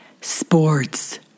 Sports